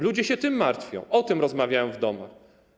Ludzie się tym martwią, o tym rozmawiają w domach.